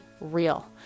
real